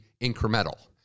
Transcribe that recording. incremental